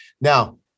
Now